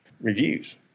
reviews